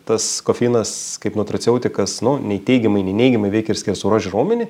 tas kofeinas kaip nutraceutikas nu nei teigiamai nei neigiamai veikia ir skersaruožį raumenį